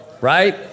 Right